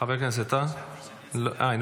חבר הכנסת טאהא, אינו